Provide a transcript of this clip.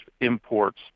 imports